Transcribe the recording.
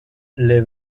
les